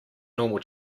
normal